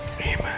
Amen